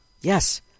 Yes